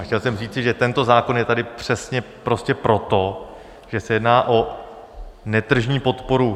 Chtěl jsem říci, že tento zákon je tady přesně proto, že se jedná o netržní podporu.